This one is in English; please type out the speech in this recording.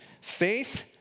faith